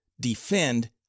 defend